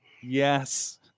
Yes